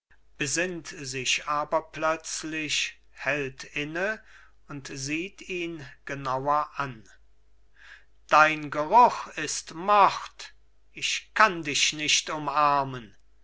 besinnt sich aber plötzlich hält inne und sieht ihn genauer an dein geruch ist mord ich kann dich nicht umarmen